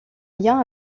lien